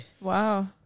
Wow